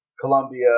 Colombia